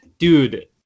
Dude